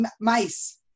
mice